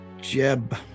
Jeb